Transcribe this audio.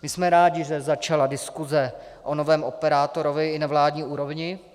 My jsme rádi, že začala diskuze o novém operátorovi i na vládní úrovni.